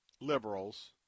liberals